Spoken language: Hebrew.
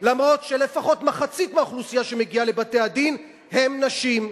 למרות שלפחות מחצית האוכלוסייה שמגיעה לבתי-הדין הן נשים.